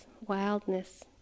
wildness